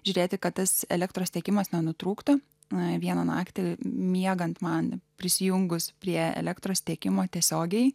žiūrėti kad tas elektros tiekimas nenutrūktų ne vieną naktį miegant man prisijungus prie elektros tiekimo tiesiogiai